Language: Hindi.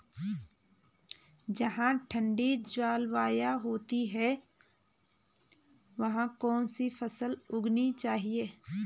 जहाँ ठंडी जलवायु होती है वहाँ कौन सी फसल उगानी चाहिये?